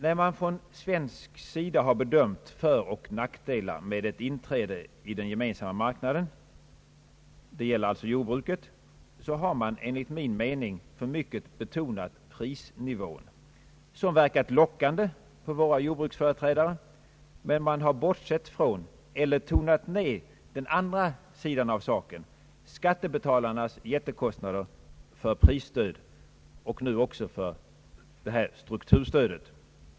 När man från svensk sida har bedömt föroch nackdelar med ett inträde i Den gemensamma marknaden — det gäller alltså jordbruket — har man enligt min mening för mycket betonat prisnivån, som verkat lockande för våra jordbruksföreträdare, men man har bortsett från eller tonat ner den andra sidan av saken, skattebetalarnas jättekostnader för prisstödet och nu också för det här strukturstödet.